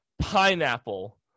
pineapple